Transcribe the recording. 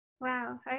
Wow